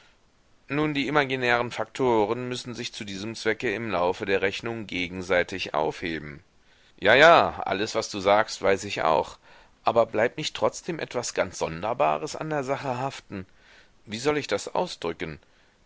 nun die imaginären faktoren müssen sich zu diesem zwecke im laufe der rechnung gegenseitig aufheben ja ja alles was du sagst weiß ich auch aber bleibt nicht trotzdem etwas ganz sonderbares an der sache haften wie soll ich das ausdrücken